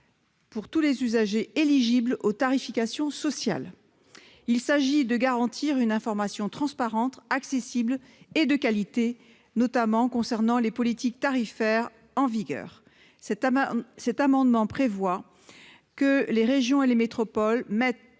pour tous les usagers éligibles aux tarifications sociales. Il s'agit de garantir une information transparente, accessible et de qualité, notamment au sujet des politiques tarifaires en vigueur. Les régions et les métropoles devront